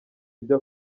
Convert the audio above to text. ibyo